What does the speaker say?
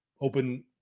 open